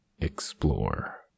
explore